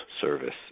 service